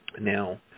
Now